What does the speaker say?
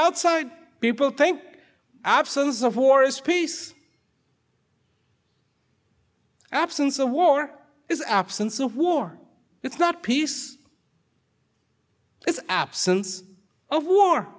outside people think absence of war is peace absence of war is absence of war it's not peace it's absence of war